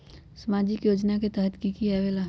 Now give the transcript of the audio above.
समाजिक योजना के तहद कि की आवे ला?